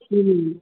जी ma'am